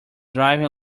driving